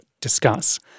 discuss